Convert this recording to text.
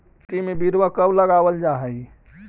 मिट्टी में बिरवा कब लगावल जा हई?